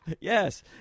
Yes